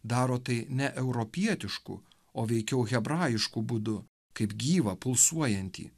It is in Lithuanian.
daro tai ne europietišku o veikiau hebrajišku būdu kaip gyvą pulsuojantį